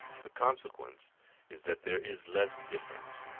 the consequence is that there is less difference,